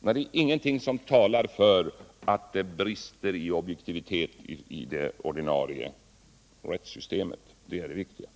när ingenting talar för att det brister i objektivitet i det ordinarie rättssystemet? Det är det som är det viktiga.